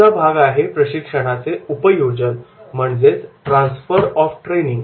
पुढचा भाग आहे प्रशिक्षणाचे उपयोजन Transfer of Training transfer of training